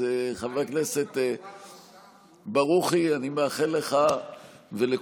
אז חבר הכנסת ברוכי, אני מאחל לך ולכולנו